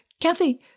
Kathy